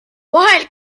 vahel